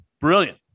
brilliant